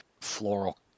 floral